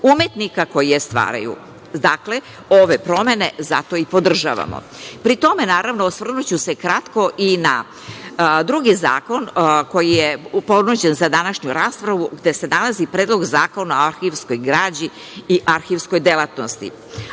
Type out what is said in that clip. umetnika koji je stvaraju. Dakle, ove promene zato i podržavamo. Osvrnuću se kratko i na drugi zakon koji je ponuđen za današnju raspravu, gde se nalazi Predlog zakona o arhivskoj građi i arhivskoj delatnosti. Arhivi